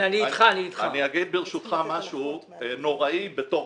אומר ברשותך משהו נוראי כרופא.